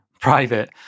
private